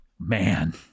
Man